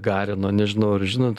garino nežinau ar žinot